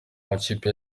amakipe